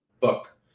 book